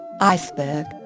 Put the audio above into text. Iceberg